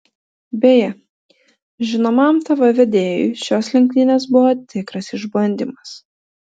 beje žinomam tv vedėjui šios lenktynės buvo tikras išbandymas